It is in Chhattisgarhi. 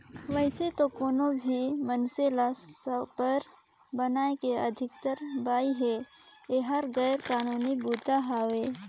वइसे तो कोनो भी मइनसे ल सराब बनाए के अधिकार बइ हे, एहर गैर कानूनी बूता हवे